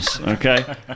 Okay